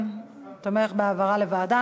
השר, כן, תומך בהעברה לוועדה.